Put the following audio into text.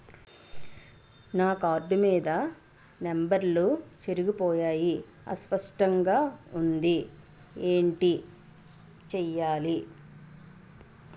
నా కార్డ్ మీద నంబర్లు చెరిగిపోయాయి అస్పష్టంగా వుంది ఏంటి చేయాలి?